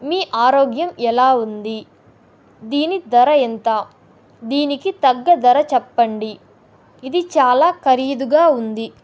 మీ ఆరోగ్యం ఎలా ఉంది దీని ధర ఎంత దీనికి తగ్గ ధర చెప్పండి ఇది చాలా ఖరీదుగా ఉంది